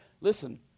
Listen